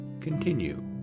continue